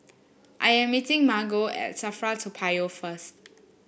I am meeting Margo at Safra Toa Payoh first